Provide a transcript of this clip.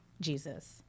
Jesus